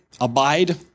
abide